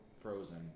frozen